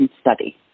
Study